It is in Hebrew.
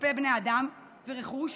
כלפי בני אדם ורכוש